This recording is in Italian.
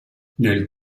nel